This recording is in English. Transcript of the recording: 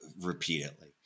repeatedly